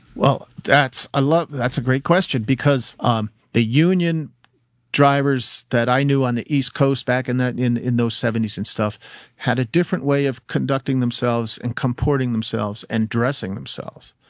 well, i love that's a great question because, um the union drivers that i knew on the east coast back in that in in those seventy s and stuff had a different way of conducting themselves and comporting themselves and dressing themselves.